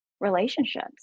relationships